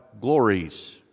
glories